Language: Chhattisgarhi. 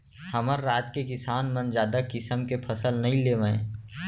हमर राज के किसान मन जादा किसम के फसल नइ लेवय